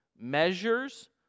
measures